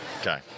Okay